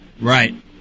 Right